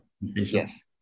Yes